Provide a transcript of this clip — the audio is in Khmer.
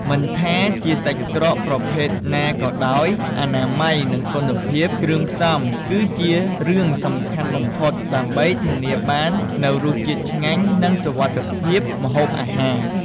មិនថាជាសាច់ក្រកប្រភេទណាក៏ដោយ អនាម័យ និងគុណភាពគ្រឿងផ្សំ គឺជារឿងសំខាន់បំផុត ដើម្បីធានាបាននូវរសជាតិឆ្ងាញ់ និងសុវត្ថិភាពម្ហូបអាហារ។